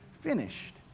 finished